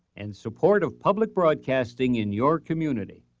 and support of public broadcasting in your community.